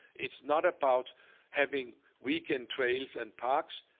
it's not about having weekend trails and parks.